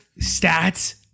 stats